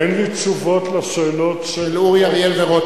אין לי תשובות על השאלות של דוד רותם,